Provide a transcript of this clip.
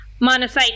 Monocyte